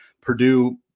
Purdue